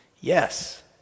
Yes